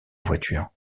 voiture